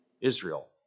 Israel